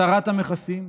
הסרת המכסים.